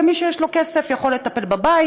ומי שיש לו כסף יכול לטפל בבית,